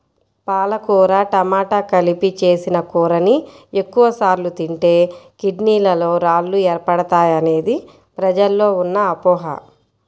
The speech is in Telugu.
పాలకూర టమాట కలిపి చేసిన కూరని ఎక్కువ సార్లు తింటే కిడ్నీలలో రాళ్లు ఏర్పడతాయనేది ప్రజల్లో ఉన్న అపోహ